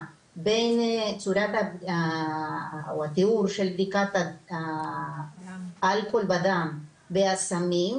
בין התיאור של בדיקת האלכוהול בדם והסמים,